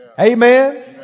Amen